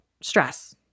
stress